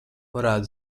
varētu